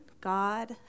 God